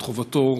את חובתו,